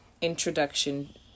introduction